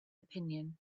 opinion